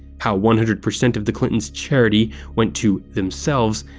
how one hundred percent of the clintons' charity went to themselves,